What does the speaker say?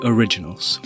Originals